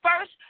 First